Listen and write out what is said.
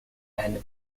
and